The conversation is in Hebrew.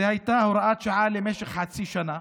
זאת הייתה הוראת שעה למשך חצי שנה,